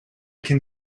can